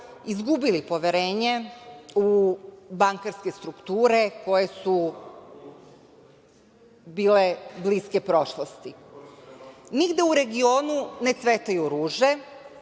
izgubili poverenje u bankarske strukture koje su bile bliske prošlosti. Nigde u regionu ne cvetaju ruže,